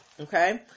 okay